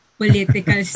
political